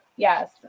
Yes